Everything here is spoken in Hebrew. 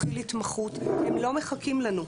הם לא מחכים לנו.